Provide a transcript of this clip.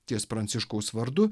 ties pranciškaus vardu